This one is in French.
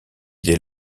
des